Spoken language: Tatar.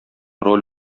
роль